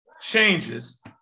changes